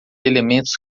elementos